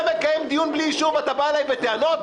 אתה מקיים דיון בלי אישור ואתה בא אליי בטענות?